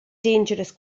dangerous